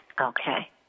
Okay